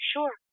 Sure